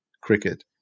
cricket